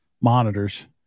monitors